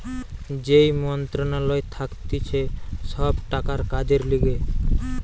যেই মন্ত্রণালয় থাকতিছে সব টাকার কাজের লিগে